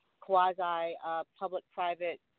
quasi-public-private